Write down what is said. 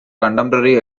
contemporary